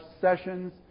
sessions